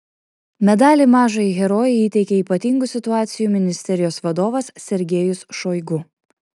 medalį mažajai herojei įteikė ypatingų situacijų ministerijos vadovas sergejus šoigu